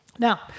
Now